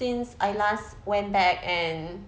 since I last went back and